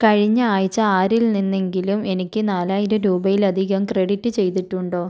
കഴിഞ്ഞ ആഴ്ച ആരിൽ നിന്നെങ്കിലും എനിക്ക് നാലായിരം രൂപയിലധികം ക്രെഡിറ്റ് ചെയ്തിട്ടുണ്ടോ